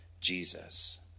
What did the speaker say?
Jesus